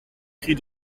cris